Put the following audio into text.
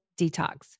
detox